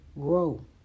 grow